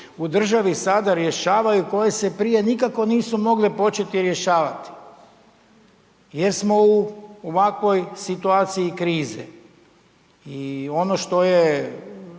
u državi sada rješavaju koje se prije nikako nisu mogle početi rješavati jer smo u ovakvoj situaciji krize. I ono što je